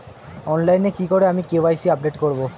অনলাইনে কি করে আমি কে.ওয়াই.সি আপডেট করব?